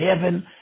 heaven